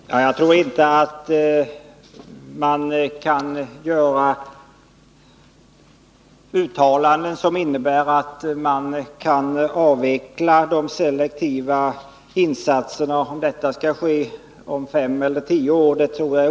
Fru talman! Jag tror inte att man kan uttala sig om huruvida en avveckling av de selektiva insatserna skall ske om fem eller tio år.